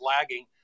lagging